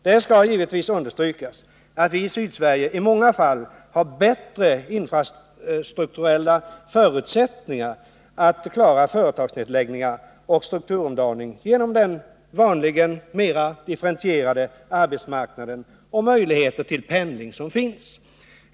Det skall givetvis understrykas att vi i Sydsverige i många fall har bättre infrastrukturella förutsättningar att klara företagsnedläggningar och strukturomdaningar genom den vanligen mera differentierade arbetsmarknaden och de möjligheter till pendling som finns.